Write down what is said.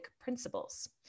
principles